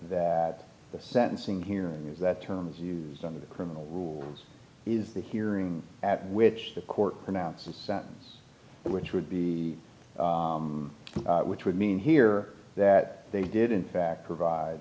that the sentencing hearing is that terms used in the criminal rule is the hearing at which the court pronounces sentence which would be which would mean here that they did in fact provide